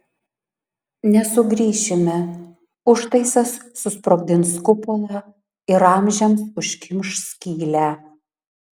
nesugrįšime užtaisas susprogdins kupolą ir amžiams užkimš skylę